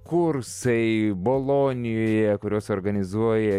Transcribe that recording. kursai bolonijoje kuriuos organizuoja